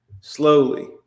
slowly